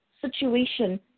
situation